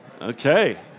Okay